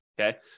okay